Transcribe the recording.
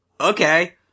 okay